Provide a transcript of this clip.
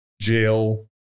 jail